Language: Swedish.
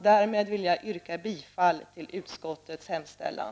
Därmed vill jag yrka bifall till utskottets hemställan.